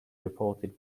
reported